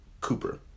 Cooper